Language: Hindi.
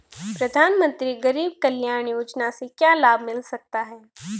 प्रधानमंत्री गरीब कल्याण योजना से क्या लाभ मिल सकता है?